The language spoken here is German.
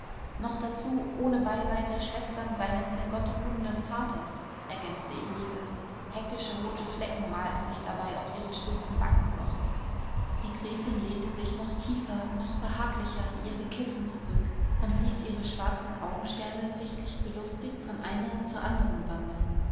noch dazu ohne beisein der schwestern seines in gott ruhenden vaters ergänzte elise hektische rote flecke malten sich dabei auf ihren spitzen backenknochen die gräfin lehnte sich noch tiefer noch behaglicher in ihre kissen zurück und ließ ihre schwarzen augensterne sichtlich belustigt von einer zur anderen wandern